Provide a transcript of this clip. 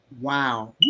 Wow